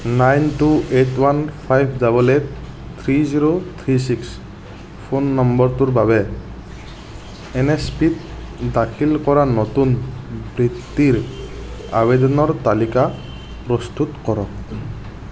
nine two eight one five double eight three zero three six phone নম্বৰটাৰ বাবে N S P ত দাখিল কৰা নতুন বৃত্তিৰ আবেদনৰ তালিকা প্ৰস্তুত কৰক